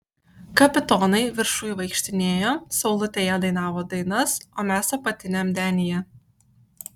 kapitonai viršuj vaikštinėjo saulutėje dainavo dainas o mes apatiniam denyje